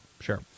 sure